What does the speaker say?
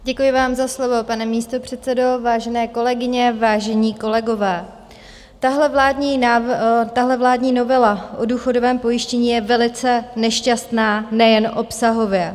Děkuji vám za slovo, pane místopředsedo, vážené kolegyně, vážení kolegové, tahle vládní novela o důchodovém pojištění je velice nešťastná nejen obsahově.